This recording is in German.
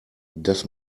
das